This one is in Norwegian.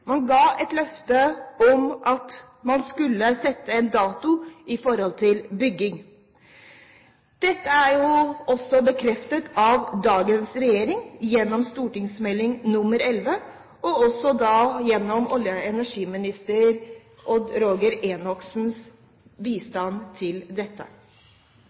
Man ga et løfte om at man skulle sette en dato for bygging. Dette er også bekreftet av regjeringen, gjennom St.meld. nr. 11 for 2006–2007, og også gjennom olje- og energiminister Odd Roger Enoksens bidrag til dette.